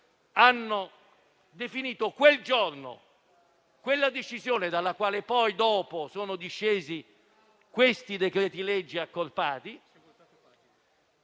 hanno dato ragione quella decisione dalla quale poi sono discesi questi decreti-legge accordati.